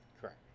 Correct